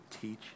teach